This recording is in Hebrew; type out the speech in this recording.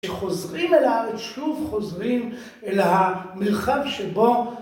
שחוזרים אל הארץ, שוב חוזרים אל המתחם שבו